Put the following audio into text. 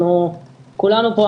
אנחנו כולנו פה,